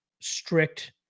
strict